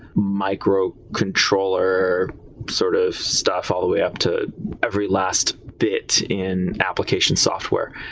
micro-controller sort of stuff all the way up to every last bit in application software.